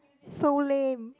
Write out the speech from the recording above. so lame